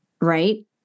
Right